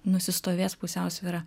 nusistovės pusiausvyra